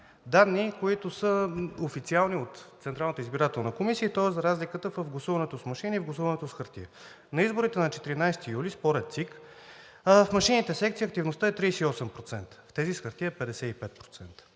Данни, които са официални от Централната избирателна комисия, и то е за разликата в гласуването с машини и в гласуването с хартия. На изборите на 14 юли, според ЦИК, в машинните секции активността е 38%. В тези с хартия – 55%.